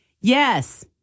yes